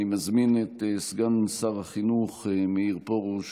אני מזמין את סגן שר החינוך מאיר פרוש